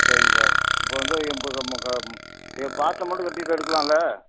சரிங்க சார் இப்போ வந்து இப்போ இப்போ காசை மட்டும் கட்டிகிட்டு எடுக்கலாமில்ல